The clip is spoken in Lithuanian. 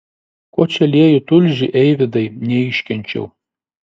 ko čia lieji tulžį eivydai neiškenčiau